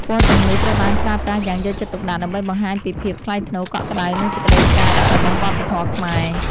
ពណ៌ទាំងនោះត្រូវបានប្រើប្រាស់យ៉ាងយកចិត្តទុកដាក់ ដើម្បីបង្ហាញពីភាពថ្លៃថ្នូរ កក់ក្តៅ និងសេចក្តីសក្ការៈរបស់វប្បធម៌ខ្មែរ។